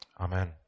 Amen